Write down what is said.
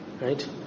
Right